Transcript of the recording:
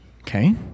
okay